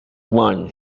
one